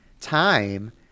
time